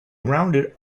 rounded